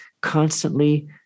constantly